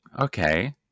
Okay